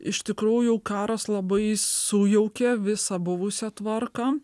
iš tikrųjų karas labai sujaukė visą buvusią tvarką